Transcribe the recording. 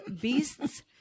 beasts